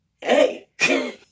hey